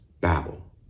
Babel